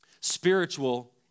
Spiritual